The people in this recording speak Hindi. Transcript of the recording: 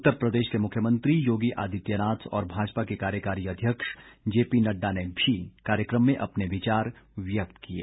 उत्तरप्रदेश के मुख्यमंत्री योगी आदित्यनाथ और भाजपा के कार्यकारी अध्यक्ष जे पी नड्डा ने भी कार्यक्रम में अपने विचार व्यक्त किये